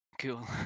Cool